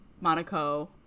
Monaco